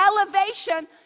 elevation